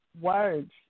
Words